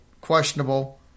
questionable